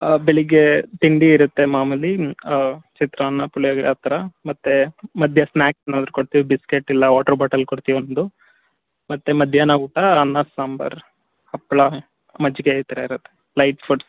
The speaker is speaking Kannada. ಬೆಳಿಗ್ಗೆ ತಿಂಡಿ ಇರತ್ತೆ ಮಾಮೂಲಿ ಚಿತ್ರಾನ್ನ ಪುಳಿಯೋಗರೆ ಆ ಥರ ಮತ್ತು ಮಧ್ಯೆ ಸ್ನಾಕ್ಸ್ ಏನಾದರೂ ಕೊಡ್ತೀವಿ ಬಿಸ್ಕೆಟ್ ಇಲ್ಲ ವಾಟರ್ ಬಾಟಲ್ ಕೊಡ್ತೀವಿ ಒಂದು ಮತ್ತು ಮಧ್ಯಾಹ್ನ ಊಟ ಅನ್ನ ಸಾಂಬಾರು ಹಪ್ಪಳ ಮಜ್ಜಿಗೆ ಈ ಥರ ಇರತ್ತೆ ಲೈಟ್ ಫುಡ್